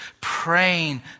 praying